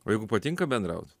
o jeigu patinka bendraut